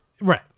Right